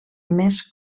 més